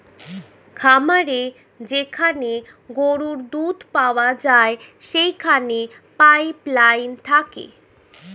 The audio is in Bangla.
খামারে যেখানে গরুর দুধ পাওয়া যায় সেখানে পাইপ লাইন থাকে